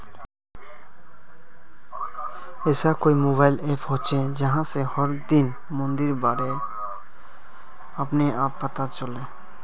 ऐसा कोई mobile app होचे जहा से हर दिन मंडीर बारे अपने आप पता चले?